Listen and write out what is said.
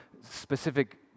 specific